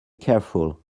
careful